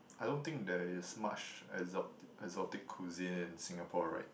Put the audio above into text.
I don't think there is much exotic exotic cuisine in Singapore right